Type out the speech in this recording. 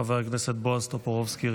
חבר הכנסת בועז טופורובסקי,